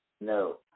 No